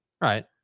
Right